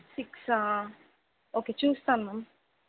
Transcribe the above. సిక్సా okay చూస్తాను ma'am